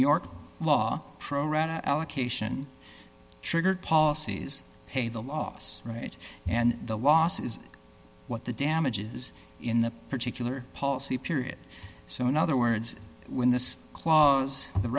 york law pro rata allocation triggered policies pay the loss rate and the loss is what the damages in the particular policy period so in other words when this clause the